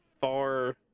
far